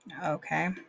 Okay